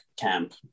camp